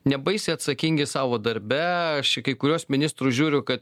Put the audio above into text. nebaisiai atsakingi savo darbe aš į kai kuriuos ministrus žiūriu kad